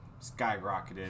skyrocketed